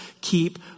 keep